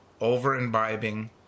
Over-imbibing